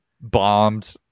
bombed